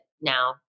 now